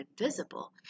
invisible